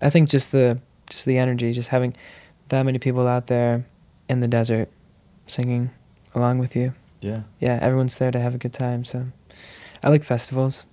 i think just the just the energy just having that many people out there in the desert singing along with you yeah yeah. everyone's there to have a good time, so i like festivals